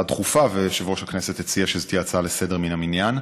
דחופה ויושב-ראש הכנסת הציע שזו תהיה הצעה לסדר-היום מן המניין,